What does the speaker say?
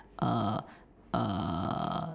err err